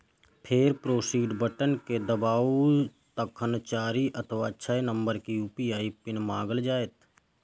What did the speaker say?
फेर proceed button कें दबाउ, तखन चारि अथवा छह नंबर के यू.पी.आई पिन मांगल जायत